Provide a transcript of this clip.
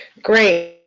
great.